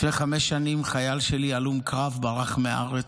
לפני חמש שנים חייל שלי, הלום קרב, ברח מהארץ.